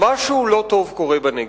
משהו לא טוב קורה בנגב,